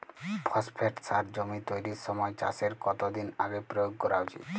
Phosphate সার জমি তৈরির সময় চাষের কত দিন আগে প্রয়োগ করা উচিৎ?